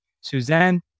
Suzanne